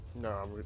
No